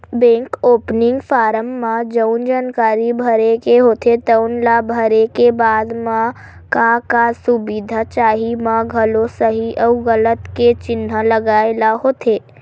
bank opening form म जउन जानकारी भरे के होथे तउन ल भरे के बाद म का का सुबिधा चाही म घलो सहीं अउ गलत के चिन्हा लगाए ल होथे